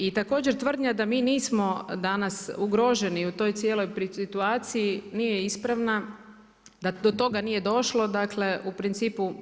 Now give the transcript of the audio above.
I također tvrdnja da mi nismo danas ugroženi u toj cijeloj situaciji nije ispravna, da do toga nije došlo dakle u principu.